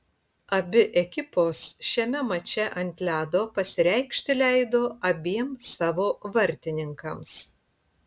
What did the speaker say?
abi ekipos šiame mače ant ledo pasireikšti leido abiem savo vartininkams